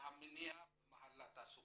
והמניעה במחלת הסוכרת.